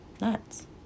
nuts